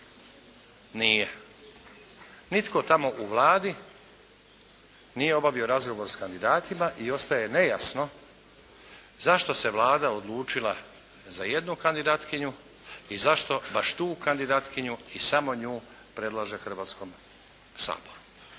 Nije. Nitko tamo u Vladi nije obavio razgovor s kandidatima i ostaje nejasno zašto se Vlada odlučila za jednu kandidatkinju i zašto baš tu kandidatkinju i samo nju predlaže Hrvatskom saboru?